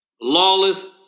lawless